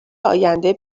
آینده